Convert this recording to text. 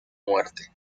muerte